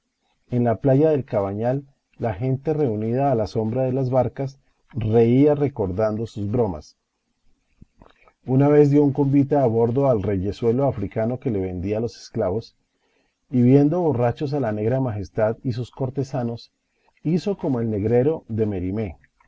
en la playa del cabañal la gente reunida a la sombra de las barcas reía recordando sus bromas una vez dio un convite a bordo al reyezuelo africano que le vendía los esclavos y viendo borrachos a la negra majestad y sus cortesanos hizo como el negrero de